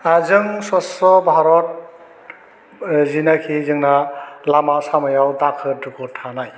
आह जों स्वच्च' भारत ओह जिनाखि जोंना लामा सामायाव दाखोर दुखोर थानाय